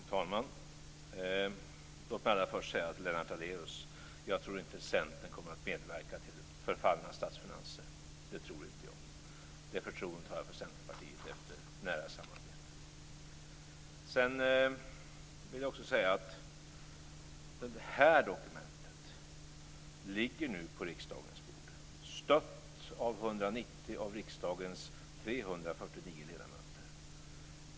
Fru talman! Låt mig allra först säga till Lennart Daléus att jag inte tror att Centern kommer att medverka till förfallna statsfinanser. Det tror inte jag. Det förtroendet har jag för Centerpartiet efter nära samarbete. Sedan vill jag också säga att den ekonomiska vårpropositionen nu ligger på riksdagens bord, stött av 190 av riksdagens 349 ledamöter.